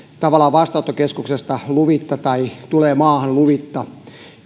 tavallaan lähtee vastaanottokeskuksesta luvitta tai tulee maahan luvitta